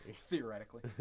Theoretically